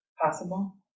possible